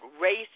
race